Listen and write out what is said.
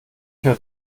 hört